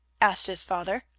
asked his father.